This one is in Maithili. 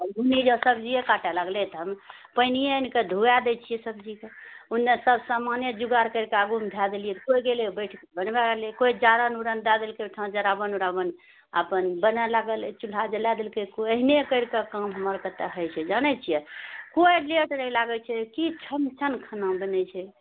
ओनी जँ सब्जीए काटऽ लागलै तऽ हम पानिये आनि कऽ धुवाए दए छिऐ सब्जी कऽ ओना सब समाने जोगार करि कऽ आगूमे धए देलिऐ तऽ कोइ गेलै बैठ कऽ बनबऽ लागलै कोइ जारनि उरनि दए देलकै ओहिठाम जराओन उरान अपन बनए लागल चूल्हा जलाए देलकै कोइ एहने करि कऽ काम हमर तऽ हइ छै जानए छिऐ कोइ जे लागै छै कि छम छम खाना बनए छै